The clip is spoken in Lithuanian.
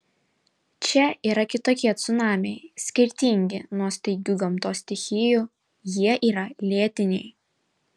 čia yra kitokie cunamiai skirtingi nuo staigių gamtos stichijų jie yra lėtiniai